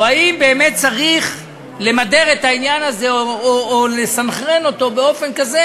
או האם באמת צריך למדר את העניין הזה או לסנכרן אותו באופן כזה